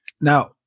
Now